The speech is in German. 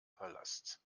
palast